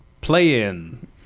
Play-in